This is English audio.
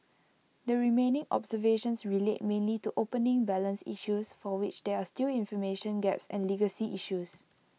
the remaining observations relate mainly to opening balance issues for which there are still information gaps and legacy issues